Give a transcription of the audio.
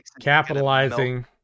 Capitalizing